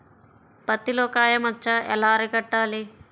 పత్తిలో కాయ మచ్చ ఎలా అరికట్టాలి?